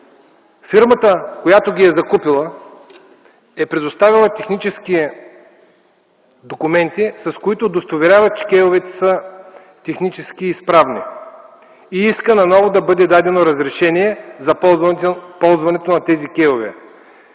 Фирмата, която ги е закупила, е предоставила технически документи, с които удостоверява, че кейовете са технически изправни и иска на ново да бъде дадено разрешение за ползването на тези кейове.